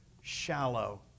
shallow